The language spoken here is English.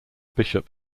bishop